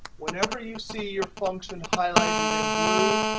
whenever you see your function highlighted in blue,